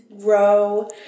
grow